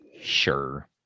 Sure